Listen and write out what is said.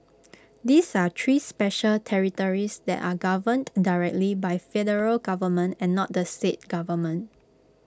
these are three special territories that are governed directly by federal government and not the state government